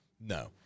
No